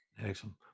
excellent